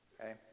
okay